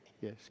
Yes